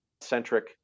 centric